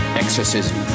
exorcism